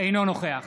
אינו נוכח